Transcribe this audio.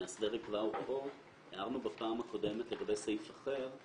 המאסדר יקבע הוראות הערנו בפעם הקודמת לגבי סעיף אחר,